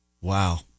Wow